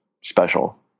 special